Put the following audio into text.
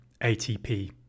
ATP